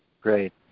Great